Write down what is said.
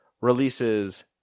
releases